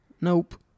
Nope